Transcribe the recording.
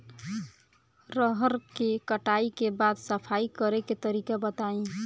रहर के कटाई के बाद सफाई करेके तरीका बताइ?